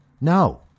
No